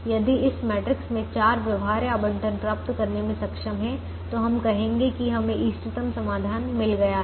यदि इस मैट्रिक्स में चार व्यवहार्य आवंटन प्राप्त करने में सक्षम हैं तो हम कहेंगे कि हमें इष्टतम समाधान मिल गया है